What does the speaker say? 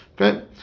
Okay